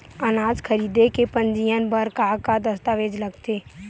अनाज खरीदे के पंजीयन बर का का दस्तावेज लगथे?